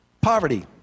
Poverty